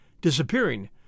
disappearing